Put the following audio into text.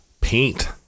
paint